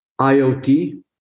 IoT